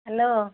hello